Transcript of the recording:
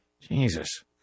Jesus